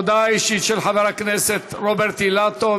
הודעה אישית של חבר הכנסת רוברט אילטוב,